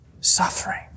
suffering